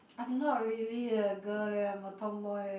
I'm not really a girl leh I'm a tomboy leh